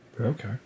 Okay